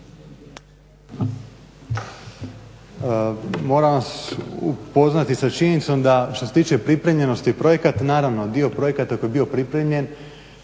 Moram vas upoznati sa činjenicom da što se tiče pripremljenosti projekat, naravno dio projekata koji je bio pripremljen